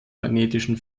magnetischen